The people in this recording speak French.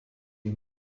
une